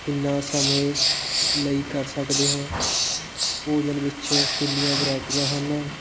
ਕਿੰਨਾਂ ਸਮੇਂ ਲਈ ਕਰ ਸਕਦੇ ਹਾਂ ਭੋਜਨ ਵਿੱਚ ਕਿੰਨੀਆਂ ਵਰਾਇਟੀਆਂ ਹਨ